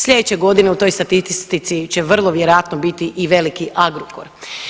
Slijedeće godine u toj statistici će vrlo vjerojatno biti i veliki Agrokor.